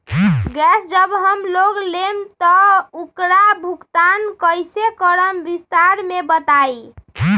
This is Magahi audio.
गैस जब हम लोग लेम त उकर भुगतान कइसे करम विस्तार मे बताई?